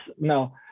no